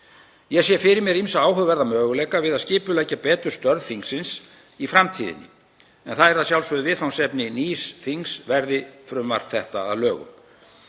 Ég sé fyrir mér ýmsa áhugaverða möguleika við að skipuleggja betur störf þingsins í framtíðinni en það yrði að sjálfsögðu viðfangsefni nýs þings verði frumvarp þetta að lögum.